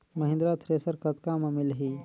Mahindra thresher कतका म मिलही?